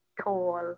tall